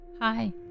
Hi